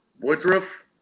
Woodruff